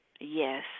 yes